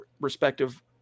respective